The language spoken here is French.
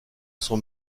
son